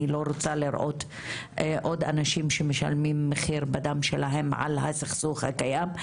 אני לא רוצה לראות עוד אנשים שמשלמים מחיר בדם שלהם על הסכסוך הקיים.